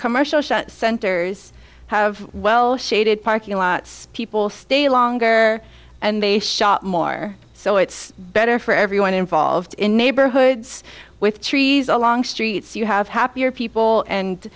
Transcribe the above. commercial centers have well shaded parking lots people stay longer and they shop more so it's better for everyone involved in neighborhoods with trees along streets you have happier people and